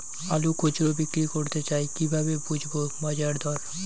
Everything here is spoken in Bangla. আলু খুচরো বিক্রি করতে চাই কিভাবে বুঝবো বাজার দর?